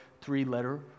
three-letter